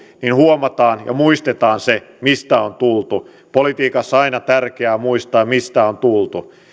huomataan ja muistetaan se mistä on tultu politiikassa on aina tärkeää muistaa mistä on tultu